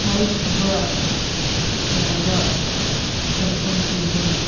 ꯍꯧꯈꯤꯕ ꯌꯥꯕ ꯄ꯭ꯂꯦꯠꯐꯣꯝ ꯄꯤꯕꯅꯤ